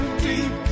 deep